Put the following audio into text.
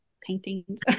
paintings